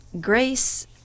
grace